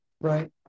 right